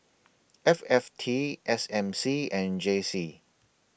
F F T S M C and J C